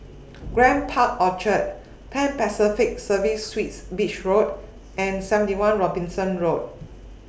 Grand Park Orchard Pan Pacific Serviced Suites Beach Road and seventy one Robinson Road